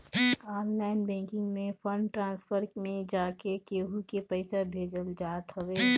online banking में fund transfer में जाके केहू के पईसा भेजल जात हवे